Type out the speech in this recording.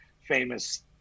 famous